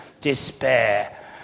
despair